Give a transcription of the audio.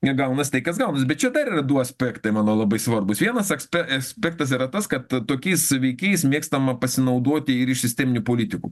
negaunas tai kas gaunas bet čia dar yra du aspektai manau labai svarbūs vienas ekspe espektas yra tas kad tokiais veikėjais mėgstama pasinaudoti ir iš sisteminių politikų